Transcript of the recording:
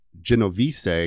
Genovese